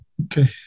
Okay